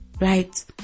right